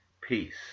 peace